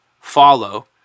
follow